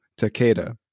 Takeda